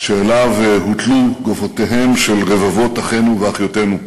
שאליו הוטלו גופותיהם של רבבות אחינו ואחיותינו.